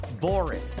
boring